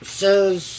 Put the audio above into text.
says